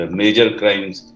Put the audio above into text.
major-crimes